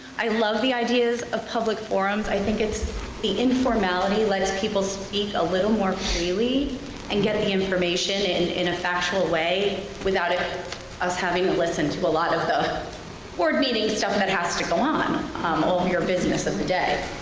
i love the idea of public forums. i think the informality lets people speak a little more clearly and get the information and in a factual way without ah us having to listen to a lot of the board meeting stuff that has to go on um over your business of the day.